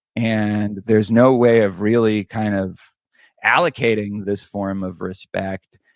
and there's no way of really kind of allocating this form of respect,